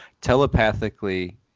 telepathically